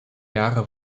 jahre